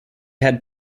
had